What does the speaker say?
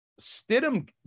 Stidham